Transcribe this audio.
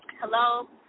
Hello